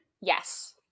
yes